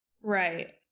Right